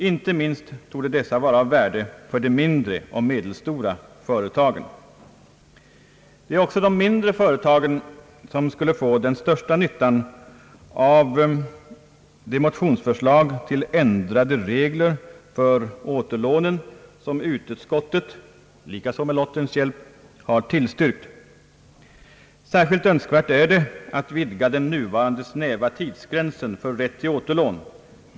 Inte minst torde dessa vara av värde för de mindre och medelstora företagen. Det är också de mindre företagen som skulle få den största nyttan av de motionsförslag till ändrade regler för återlån som utskottet, likaså med lottens hjälp, har tillstyrkt. Särskilt önskvärt är att vidga den nuvarande snäva tidsgränsen för rätt till återlån.